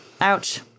Ouch